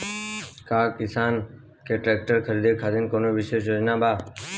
का किसान के ट्रैक्टर खरीदें खातिर कउनों विशेष योजना बा?